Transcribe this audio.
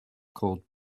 called